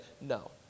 no